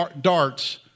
darts